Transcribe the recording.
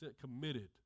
committed